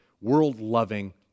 world-loving